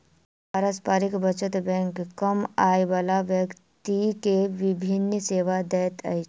पारस्परिक बचत बैंक कम आय बला व्यक्ति के विभिन सेवा दैत अछि